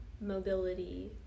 mobility